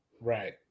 Right